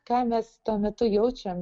ką mes tuo metu jaučiam